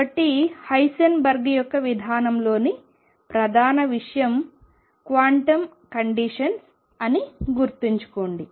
కాబట్టి హైసెన్బర్గ్ యొక్క విధానంలోని ప్రధాన విషయం క్వాంటం కండిషన్ అని గుర్తుంచుకోండి